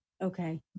Okay